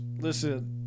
listen